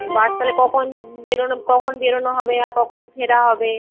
বাস তাহলে কখন বেরোনো কখন বেরোনো হবে আর কখন ফেরা হবে